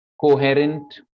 coherent